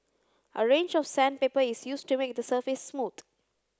a range of sandpaper is used to make the surface smooth